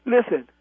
Listen